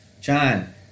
John